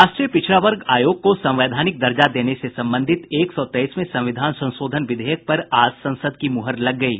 राष्ट्रीय पिछड़ा वर्ग आयोग को संवैधानिक दर्जा देने से संबंधित एक सौ तेईसवें संविधान संशोधन विधेयक पर आज संसद की मुहर लग गयी